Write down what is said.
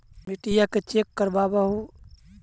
मिट्टीया के चेक करबाबहू?